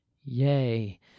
Yay